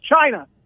China